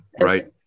right